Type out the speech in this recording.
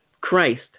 Christ